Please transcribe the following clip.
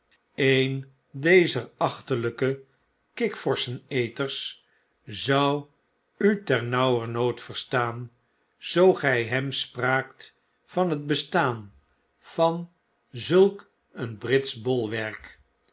een dezer achterlijkekikvorschen eters zou u ternauwernood verstaan zoo gij hem spraakt van het bestaan van zulk een britsch bolwerk